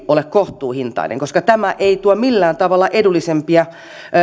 ole kohtuuhintaista koska tämä ei tuo millään tavalla edullisempia